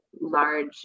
large